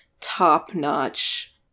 top-notch